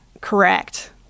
Correct